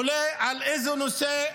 עולה על איזה נושא?